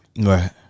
Right